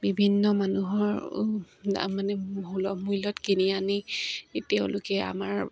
বিভিন্ন মানুহৰ সুলভ মূল্যত কিনি আনি তেওঁলোকে আমাৰ